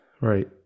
Right